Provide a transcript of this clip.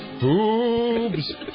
Boobs